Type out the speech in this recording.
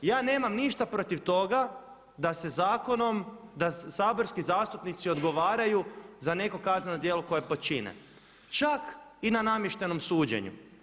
Ja nemam ništa protiv toga da se zakonom da saborski zastupnici odgovaraju za neko kazneno djelo koje počine čak i na namještenom suđenju.